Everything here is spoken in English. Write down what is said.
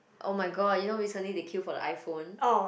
oh-my-god you know recently they queue for the iPhone